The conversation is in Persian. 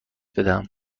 بدهم